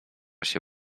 się